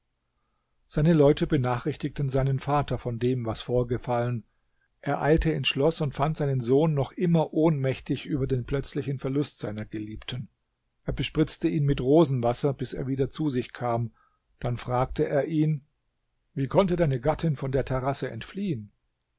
seine leute benachrichtigten seinen vater von dem was vorgefallen er eilte ins schloß und fand seinen sohn noch immer ohnmächtig über den plötzlichen verlust seiner geliebten er bespritzte ihn mit rosenwasser bis er wieder zu sich kam dann fragte er ihn wie konnte deine gattin von der terrasse entfliehen